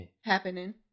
happening